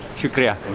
shukeriya.